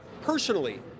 personally